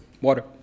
Water